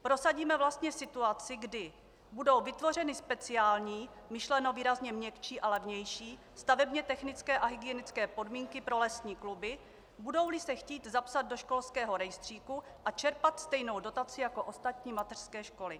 Prosadíme vlastně situaci, kdy budou vytvořeny speciální, myšleno výrazně měkčí a levnější stavebně technické a hygienické podmínky pro lesní kluby, budouli se chtít zapsat do školského rejstříku a čerpat stejnou dotaci jako ostatní mateřské školy.